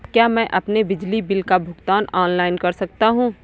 क्या मैं अपने बिजली बिल का भुगतान ऑनलाइन कर सकता हूँ?